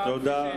ועזוב?